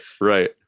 right